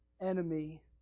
enemy